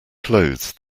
clothes